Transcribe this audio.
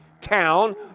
town